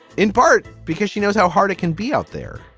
in part because she knows how hard it can be out there,